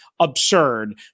absurd